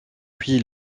puis